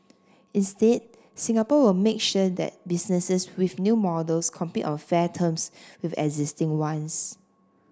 instead Singapore will make sure that businesses with new models compete on fair terms with existing ones